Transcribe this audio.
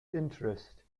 interest